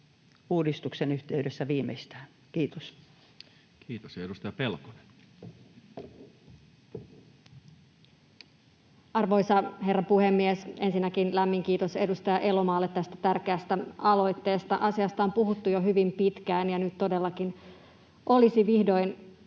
tunnistamisesta ja rekisteröinnistä Time: 18:26 Content: Arvoisa herra puhemies! Ensinnäkin lämmin kiitos edustaja Elomaalle tästä tärkeästä aloitteesta. Asiasta on puhuttu jo hyvin pitkään, ja nyt todellakin olisi vihdoin